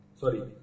sorry